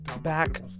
back